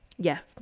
Yes